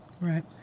Right